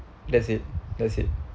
that's it that's it